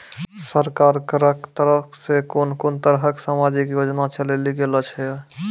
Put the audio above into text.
सरकारक तरफ सॅ कून कून तरहक समाजिक योजना चलेली गेलै ये?